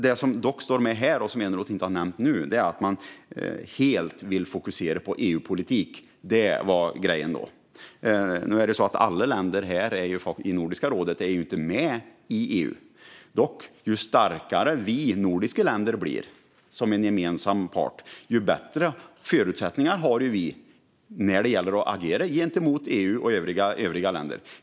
Det som dock står med i svaret och som Eneroth inte har nämnt nu är att man helt vill fokusera på EU-politik. Det var grejen då. Alla länder i Nordiska rådet är ju inte med EU. Men ju starkare vi nordiska länder blir som en gemensam part, desto bättre förutsättningar har vi när det gäller att agera gentemot EU och övriga länder.